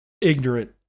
ignorant